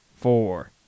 four